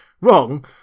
Wrong